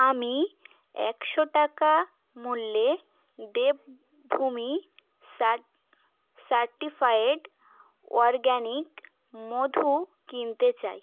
আমি একশো টাকা মূল্যে দেবভূমি সাট সারটিফায়েড অরগ্যানিক মধু কিনতে চাই